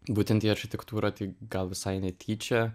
būtent į architektūrą tai gal visai netyčia